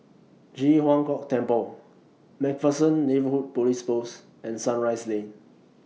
Ji Huang Kok Temple MacPherson Neighbourhood Police Post and Sunrise Lane